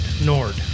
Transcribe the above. Nord